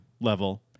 level